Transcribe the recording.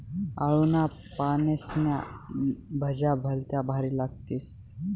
आळूना पानेस्न्या भज्या भलत्या भारी लागतीस